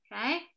Okay